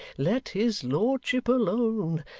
let his lordship alone.